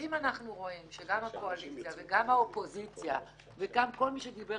אם אנחנו רואים שגם הקואליציה וגם האופוזיציה וגם כל מי שדיבר